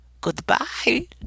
goodbye